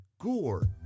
gore